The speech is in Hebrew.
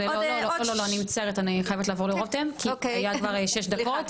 אני חייבת מבחינת זמנים לעבור לרותם כי דיברת המון,